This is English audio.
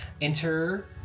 enter